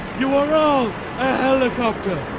you are all a helicopter.